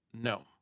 No